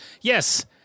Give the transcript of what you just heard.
yes